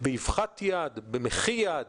באבחת יד, במחי יד,